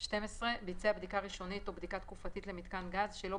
לא שמר תיעוד של בדיקת תקינות של מיתקן1,500